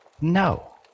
no